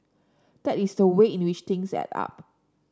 that is so way in which things add up